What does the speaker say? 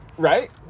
Right